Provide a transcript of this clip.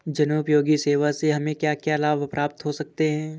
जनोपयोगी सेवा से हमें क्या क्या लाभ प्राप्त हो सकते हैं?